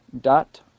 dot